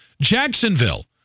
Jacksonville